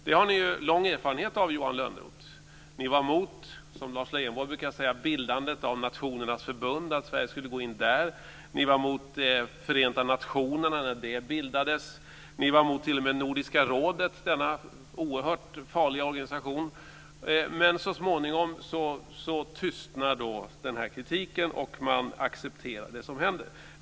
Det har ni lång erfarenhet av, Johan Lönnroth. Ni var, som Lars Leijonborg brukar säga, emot att Sverige skulle gå in i Nationernas förbund vid dess bildande. Ni var emot Förenta nationerna när det bildades. Ni var t.o.m. mot Nordiska rådet - denna oerhört farliga organisation. Men så småningom tystnar kritiken, och man accepterar det som händer.